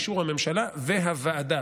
באישור הממשלה והוועדה,